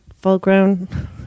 full-grown